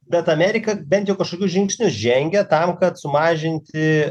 bet amerika bent jau kažkokius žingsnius žengia tam kad sumažinti